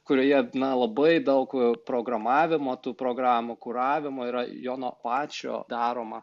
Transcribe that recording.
kurioje na labai daug programavimo tų programų kuravimo yra jono pačio daroma